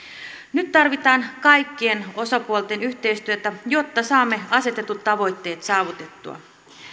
nyt tarvitaan kaikkien osapuolten yhteistyötä jotta saamme asetetut tavoitteet saavutettua